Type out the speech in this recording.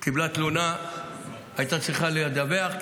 היא קיבלה תלונה והייתה צריכה לדווח.